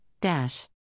Dash